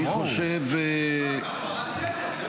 לא, זה הפרת סדר.